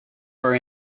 for